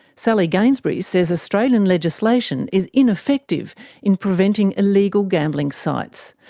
sally gainsbury says australian legislation is ineffective in preventing illegal gambling sites,